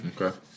Okay